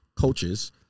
coaches